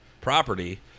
property